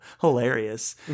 hilarious